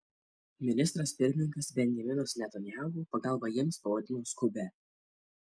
ministras pirmininkas benjaminas netanyahu pagalbą jiems pavadino skubia